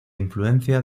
influencia